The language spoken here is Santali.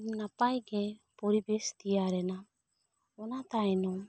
ᱱᱟᱯᱟᱭᱜᱮ ᱯᱚᱨᱤᱵᱮᱥ ᱛᱮᱭᱟᱨᱮᱱᱟ ᱚᱱᱟ ᱛᱟᱭᱱᱚᱢ